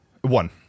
One